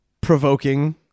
provoking